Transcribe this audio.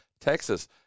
Texas